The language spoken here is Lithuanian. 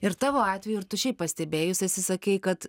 ir tavo atveju ir tu šiaip pastebėjus esi sakei kad